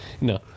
No